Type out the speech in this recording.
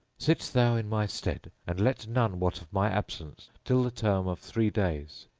sit thou in my stead and let none wot of my absence till the term of three days.